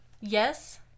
Yes